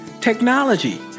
technology